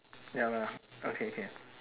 ya lah okay okay